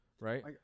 Right